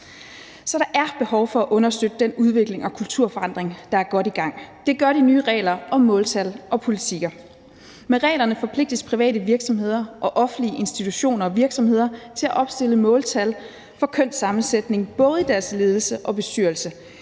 Så der er behov for at understøtte den udvikling og kulturforandring, der er godt i gang. Det gør de nye regler om måltal og politikker. Kl. 17:10 Med reglerne forpligtes private virksomheder og offentlige institutioner og virksomheder til at opstille måltal for kønssammensætning, både i deres ledelse og bestyrelse,